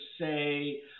say